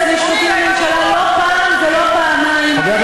המשפטי לממשלה לא פעם ולא פעמיים לגבי,